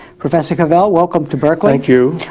professor cavell, welcome to berkeley. thank you,